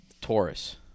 Taurus